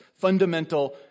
fundamental